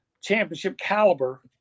championship-caliber